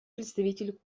представитель